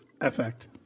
effect